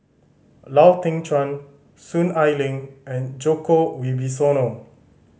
Lau Teng Chuan Soon Ai Ling and Djoko Wibisono